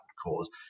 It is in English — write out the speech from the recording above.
cause